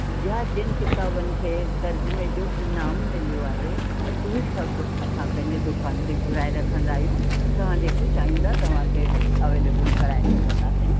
या जिन किताबनि खे तर्ज़ुमें जो इनामु मिलियो आहे उहे सभु असां पंहिंजे दुकान ते घुराए रखंदा आहियूं तव्हां जेको चाहींदा तव्हां खे अवेलेबिल कराए सघंदासीं